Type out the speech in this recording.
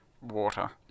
water